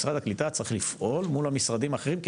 משרד הקליטה צריך לפעול מול המשרדים האחרים,